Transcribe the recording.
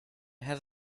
have